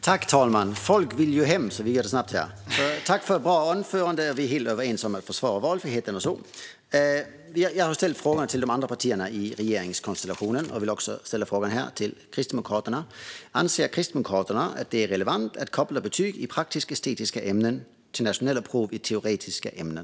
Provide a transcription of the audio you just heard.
Herr talman! Jag tackar för att bra anförande, och vi är helt överens om att försvara valfriheten. Jag ställer samma fråga till Kristdemokraterna som jag ställt till de övriga regeringspartierna. Anser Kristdemokraterna att det är relevant att koppla betyg i praktisk-estetiska ämnen till nationella prov i teoretiska ämnen?